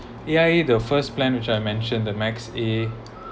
ya it the first plan which I mentioned the max A